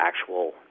actual